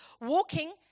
walking